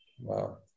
Wow